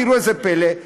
תראו איזה פלא,